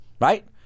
right